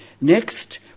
Next